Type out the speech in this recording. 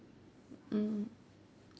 mm